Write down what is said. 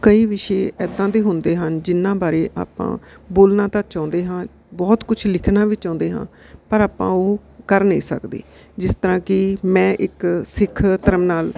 ਕਈ ਵਿਸ਼ੇ ਇੱਦਾਂ ਦੇ ਹੁੰਦੇ ਹਨ ਜਿਹਨਾਂ ਬਾਰੇ ਆਪਾਂ ਬੋਲਣਾ ਤਾਂ ਚਾਹੁੰਦੇ ਹਾਂ ਬਹੁਤ ਕੁਛ ਲਿਖਣਾ ਵੀ ਚਾਹੁੰਦੇ ਹਾਂ ਪਰ ਆਪਾਂ ਉਹ ਕਰ ਨਹੀਂ ਸਕਦੇ ਜਿਸ ਤਰ੍ਹਾਂ ਕਿ ਮੈਂ ਇੱਕ ਸਿੱਖ ਧਰਮ ਨਾਲ